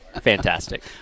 fantastic